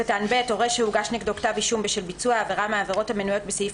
"(ב)הורה שהוגש נגדו כתב אישום בשל ביצוע עבירה מהעבירות המנויות בסעיף